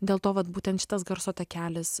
dėl to vat būtent šitas garso takelis